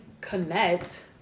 connect